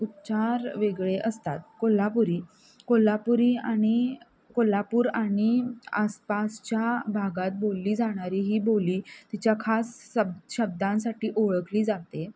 उच्चार वेगळे असतात कोल्हापुरी कोल्हापुरी आणि कोल्हापूर आणि आसपासच्या भागात बोलली जाणारी ही बोली तिच्या खास सब् शब्दांसाठी ओळखली जाते